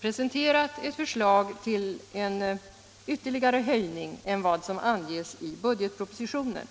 presenterat ett förslag till en ytterligare höjning utöver vad som anges i budgetpropositionen.